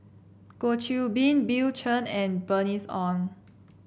Goh Qiu Bin Bill Chen and Bernice Ong